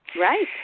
Right